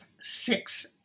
six